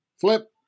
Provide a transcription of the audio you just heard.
Flip